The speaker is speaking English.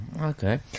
okay